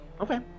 Okay